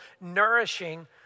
nourishing